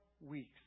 weeks